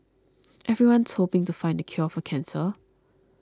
everyone's hoping to find the cure for cancer